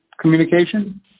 communication